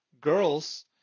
girls